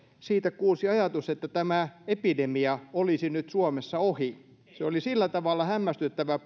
siitä kuulsi ajatus että tämä epidemia olisi nyt suomessa ohi se oli sillä tavalla hämmästyttävä